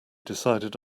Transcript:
decided